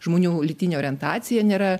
žmonių lytinė orientacija nėra